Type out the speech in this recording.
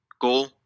goal